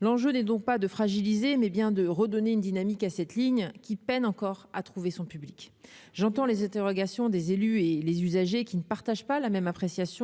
l'enjeu n'est donc pas de fragiliser mais bien de redonner une dynamique à cette ligne qui peinent encore à trouver son public, j'entends les interrogations des élus et les usagers qui ne partagent pas la même appréciation